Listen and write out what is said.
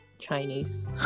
Chinese